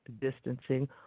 distancing